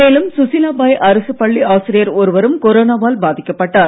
மேலும் சுசீலாபாய் அரசு பள்ளி ஒருவரும் கொரோனாவால் பாதிக்கப்பட்டார்